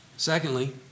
Secondly